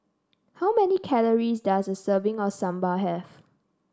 how many calories does a serving of Sambar have